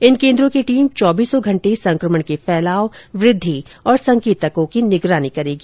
इन केन्द्रों की टीम चौबीसों घंटे संक्रमण के फैलाव वृद्धि और संकेतकों की निगरानी करेगी